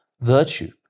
virtue